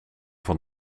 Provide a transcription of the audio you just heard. van